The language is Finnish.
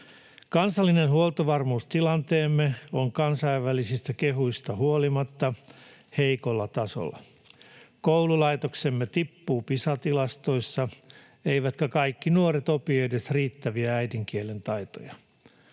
Kansallinen huoltovarmuustilanteemme on kansainvälisistä kehuista huolimatta heikolla tasolla. Koululaitoksemme tippuu Pisa-tilastoissa, eivätkä kaikki nuoret opi edes riittäviä äidinkielen taitoja.